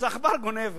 אז העכבר גונב.